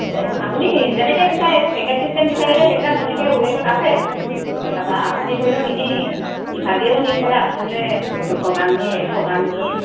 এই আপুনি যেনেকৈ বিচাৰে এইব পেকেট ছিষ্টেম বিচাৰিলে সেইবিলাক তেনেকৈ ৱেটত আছে বা আপুনি ধৰি লওক এনেই ইভাগেও নিওঁ ক'লে আপুনি বোলে দুশ গ্ৰাম নিয়ে এশ গ্ৰাম নিয়ে